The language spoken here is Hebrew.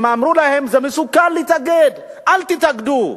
אומרים להן: זה מסוכן להתאגד, אל תתאגדו.